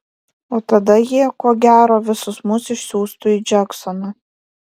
o tada jie ko gero visus mus išsiųstų į džeksoną